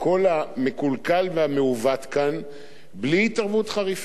המקולקל והמעוות כאן בלי התערבות חריפה.